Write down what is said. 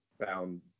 found